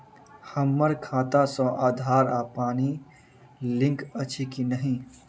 हम्मर खाता सऽ आधार आ पानि लिंक अछि की नहि?